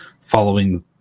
following